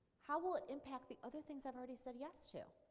how will it impact the other things i've already said yes to?